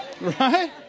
Right